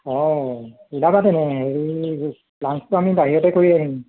অ' ওলাবা তেনে হেৰি লাঞ্চটো আমি বাহিৰতে কৰি আহিম